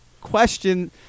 question